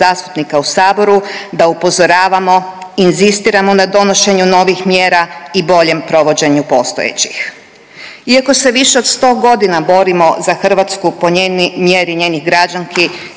da upozoravamo, inzistiramo na donošenju novih mjera i boljem provođenju postojećih. Iako se više od 100 godina borimo za Hrvatsku po mjeri njenih građanki